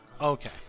Okay